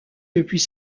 depuis